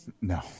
No